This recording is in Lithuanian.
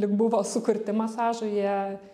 lyg buvo sukurti masažui jie